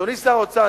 אדוני שר האוצר,